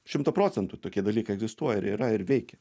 šimtą procentų tokie dalykai egzistuoja ir yra ir veikia